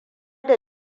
da